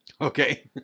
Okay